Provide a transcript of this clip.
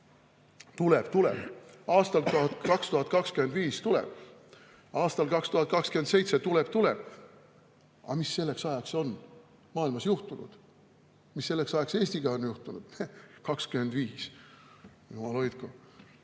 "Tuleb-tuleb, aastal 2025 tuleb, aastal 2027 tuleb-tuleb." Aga mis selleks ajaks on maailmas juhtunud? Mis selleks ajaks Eestiga on juhtunud? 2025? Jumal hoidku!